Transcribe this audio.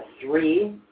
three